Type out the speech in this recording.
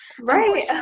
Right